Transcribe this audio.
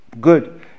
good